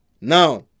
Now